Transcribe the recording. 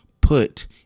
put